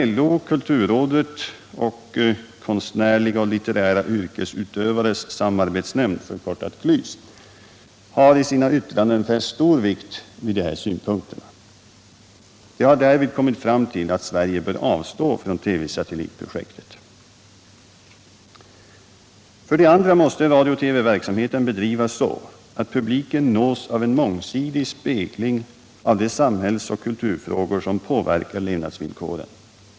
LO, kulturrådet och Konstnärliga och litterära yrkesutövares samarbetsnämnd, förkortat KLYS, har i sina yttranden fäst stor vikt vid dessa synpunkter. De har därvid kommit fram till att Sverige bör avstå från TV-satellitprojektet. För det andra måste radio/TV-verksamheten bedrivas så att publiken nås av en mångsidig spegling av de samhällsoch kulturfrågor som påverkar levnadsvillkoren.